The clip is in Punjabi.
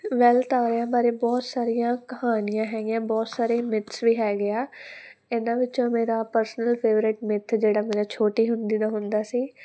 ਵੈਸੇ ਤਾਰਿਆਂ ਬਾਰੇ ਬਹੁਤ ਸਾਰੀਆਂ ਕਹਾਣੀਆਂ ਹੈਗੀਆਂ ਬਹੁਤ ਸਾਰੇ ਮਿਥਸ ਵੀ ਹੈਗੇ ਆ ਇਹਨਾਂ ਵਿੱਚੋਂ ਮੇਰਾ ਪਰਸਨਲ ਫੇਵਰੇਟ ਮਿੱਥ ਜਿਹੜਾ ਮੇਰਾ ਛੋਟੀ ਹੁੰਦੀ ਦਾ ਹੁੰਦਾ ਸੀ